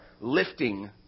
lifting